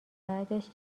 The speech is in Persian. بعدش